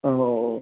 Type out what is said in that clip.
ആ ഓ ഓ